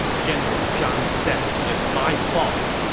general zhang's death is my fault!